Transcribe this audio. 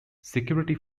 security